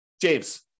James